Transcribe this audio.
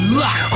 luck